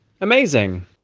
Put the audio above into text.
amazing